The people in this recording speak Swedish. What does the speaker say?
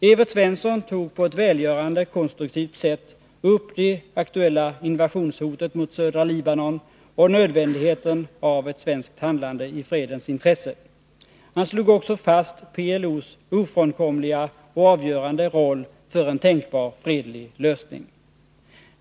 Evert Svensson tog på ett välgörande konstruktivt sätt upp det aktuella invasionshotet mot södra Libanon och nödvändigheten av ett svenskt handlande i fredens intresse. Han slog också fast PLO:s ofrånkomliga och avgörande roll för en tänkbar fredlig lösning.